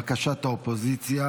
לבקשת האופוזיציה,